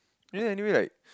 yeah anyway like